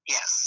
Yes